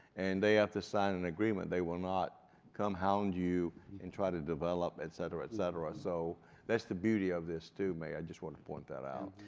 and they have to sign an agreement. they will not come hound you and try to develop, et cetera, et cetera, so that's the beauty of this, too mayor. i just wanted to point that out.